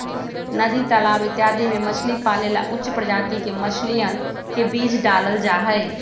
नदी तालाब इत्यादि में मछली पाले ला उच्च प्रजाति के मछलियन के बीज डाल्ल जाहई